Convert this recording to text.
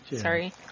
sorry